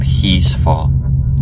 peaceful